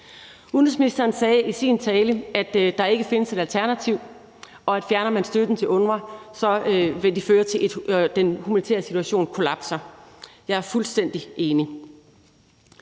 Udenrigsministeren sagde i sin tale, at der ikke findes et alternativ, og at det, hvis man fjerner støtten til UNRWA, vil føre til, at den humanitære situation kollapser. Jeg er fuldstændig enig.